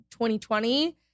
2020